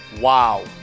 Wow